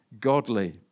godly